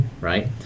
right